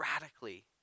radically